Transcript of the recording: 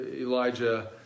Elijah